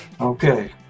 Okay